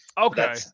Okay